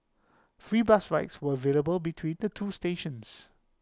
free bus rides were available between the two stations